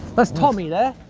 that's tommy, there.